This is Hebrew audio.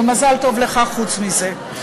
מזל טוב לך, חוץ מזה.